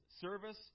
service